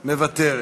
מוותרת.